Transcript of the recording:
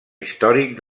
històric